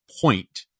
point